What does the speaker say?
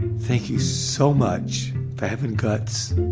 thank you so much for having guts